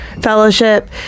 fellowship